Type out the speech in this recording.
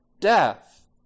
death